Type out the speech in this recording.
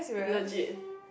legit